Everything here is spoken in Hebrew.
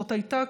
זאת הייתה,